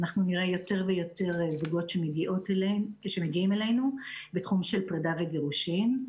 אנחנו נראה יותר ויותר זוגות שמגיעים אלינו בתחום של פרידה וגירושין.